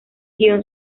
guion